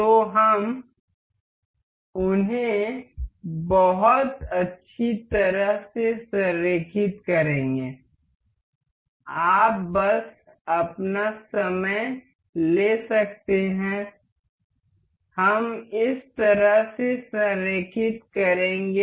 तो हम उन्हें बहुत अच्छी तरह से संरेखित करेंगे आप बस अपना समय ले सकते हैं हम इस तरह से संरेखित करेंगे